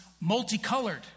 multicolored